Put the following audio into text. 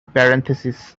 parentheses